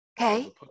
Okay